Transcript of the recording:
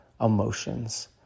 emotions